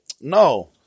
No